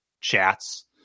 chats